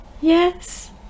Yes